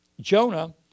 Jonah